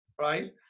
right